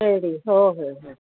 कैरी हो हो हो